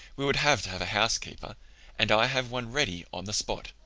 we would have to have a housekeeper and i have one ready on the spot.